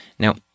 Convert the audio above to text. Now